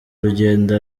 urugendo